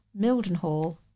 Mildenhall